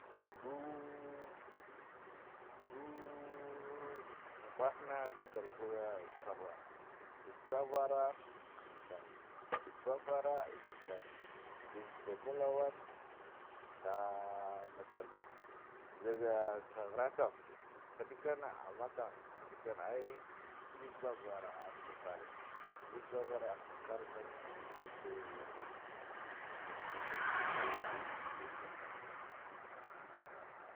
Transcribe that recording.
Ndu ndu unkwahina da borbaga tsakhara, dag tsakhara hidi kan ne dugga babara nzikonan daggi baba lowon nga matsal be dagga saghora kam hidekona amman kam heddikan ai ngig babara afta sarre ngig babaro afta sarre kama, to ai sai gudiya to allah ya kiyaye sai ta saba.